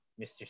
Mr